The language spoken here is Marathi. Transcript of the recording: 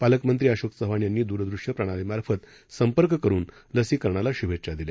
पालकमंत्रीअशोकचव्हाणयांनीद्रदृष्यप्रणालीमार्फतसंपर्ककरूनलसीकरणालाशुभेच्छादिल्या